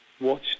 Watch